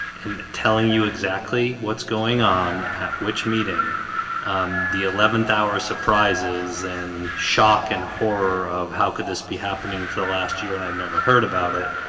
and telling you exactly what's going on at which meeting the eleventh hour surprises and shock and horror of how could this be happening for the last year and i've never heard about it